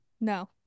no